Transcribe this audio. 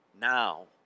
now